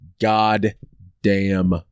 goddamn